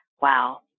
Wow